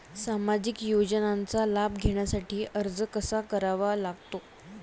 सामाजिक योजनांचा लाभ घेण्यासाठी अर्ज कसा करावा लागतो?